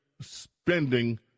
spending